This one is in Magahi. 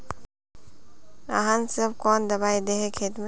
आहाँ सब कौन दबाइ दे है खेत में?